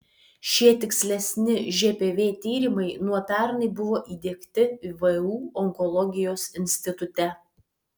šie tikslesni žpv tyrimai nuo pernai buvo įdiegti vu onkologijos institute